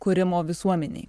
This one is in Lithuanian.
kūrimo visuomenėj